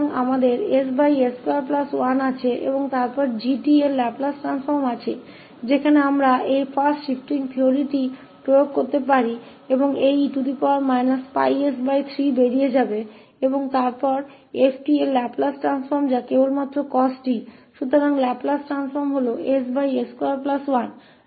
तो हम है ss21 और फिर लाप्लास 𝑔 𝑡 जहाँ हम यह पहली शिफ्टिंग प्रमेय जो कहते हैं आवेदन कर सकते हैं की e 𝜋s3 बाहर जाएगा और फिर 𝑓 𝑡 का लाप्लास बदलना cos 𝑡 है तो लाप्लास रूपांतरण ss21 है